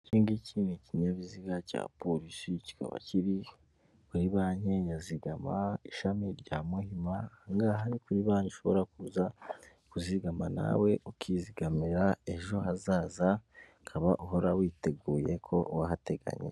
Ikingiki ni ikinyabiziga cya polisi kikaba kiri muri banki yazigama ishami rya muhimaha kuri banki ushobora kuza kuzigama nawe ukizigamira ejo hazaza ukaba uhora witeguye ko wahateganyijwe.